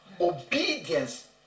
obedience